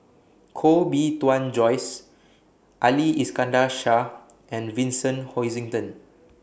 Koh Bee Tuan Joyce Ali Iskandar Shah and Vincent Hoisington